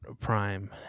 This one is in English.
Prime